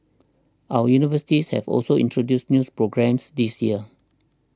other universities have also introduced news programmes this year